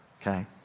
Okay